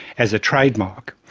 as a trademark,